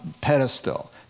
pedestal